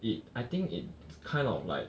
it I think it's kind of like